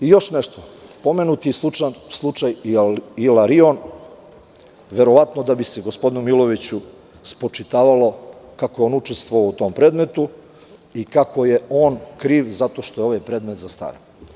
Još nešto, pomenut je slučaj „Ilarion“, verovatno da bi se gospodinu Milojeviću spočitavalo kako je on učestvovao u tom predmetu i kako je on kriv za to što je ovaj predmet zastareo.